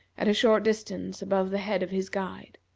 at a short distance above the head of his guide.